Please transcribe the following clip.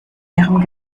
ihrem